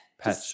Patch